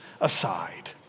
aside